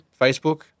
Facebook